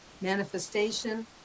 manifestation